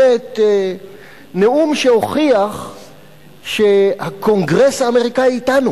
נאום שהוכיח שהקונגרס האמריקני אתנו